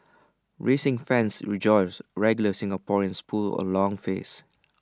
racing fans rejoice regular Singaporeans pull A long face